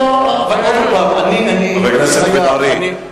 עוד פעם, אני חייב, חבר הכנסת בן-ארי.